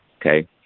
Okay